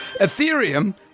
Ethereum